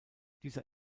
dieser